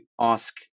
ask